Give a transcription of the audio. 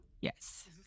Yes